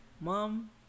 mom